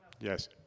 Yes